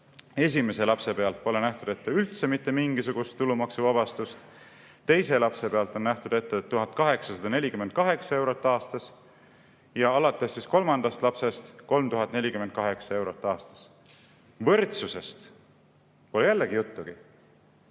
Esimese lapse pealt pole ette nähtud üldse mitte mingisugust tulumaksuvabastust, teise lapse pealt on ette nähtud 1848 eurot aastas ja alates kolmandast lapsest 3048 eurot aastas. Võrdsusest pole jälle juttugi.